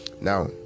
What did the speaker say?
now